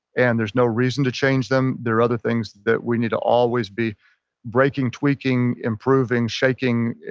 and there's no reason to change them. there are other things that we need to always be breaking, tweaking, improving, shaking,